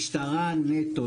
משטרה נטו.